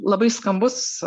labai skambus